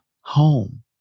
home